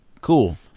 Cool